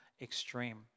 extreme